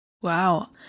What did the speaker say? Wow